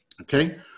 Okay